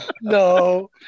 no